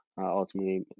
ultimately